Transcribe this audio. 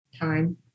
Time